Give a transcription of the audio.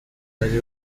bari